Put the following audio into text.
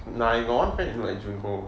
I got one friend who look like jun ho